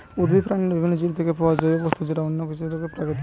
উদ্ভিদ, প্রাণী আর বিভিন্ন জীব থিকে পায়া জৈব বস্তু বা অন্য যা কিছু সেটাই প্রাকৃতিক